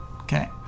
Okay